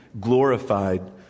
glorified